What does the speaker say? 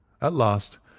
at last,